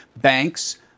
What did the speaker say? Banks